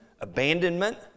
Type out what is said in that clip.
abandonment